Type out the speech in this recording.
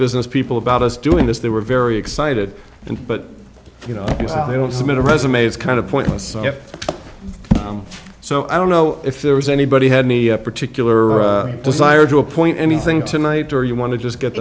business people about us doing this they were very excited and but you know they don't submit a resume it's kind of pointless if so i don't know if there was anybody had any particular desire to appoint anything tonight or you want to just get